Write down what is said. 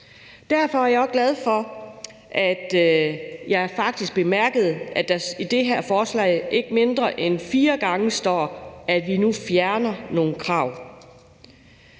Derfor er jeg også glad for, at jeg faktisk bemærkede, at der i det her forslag ikke mindre end fire gange står, at vi nu fjerner nogle krav.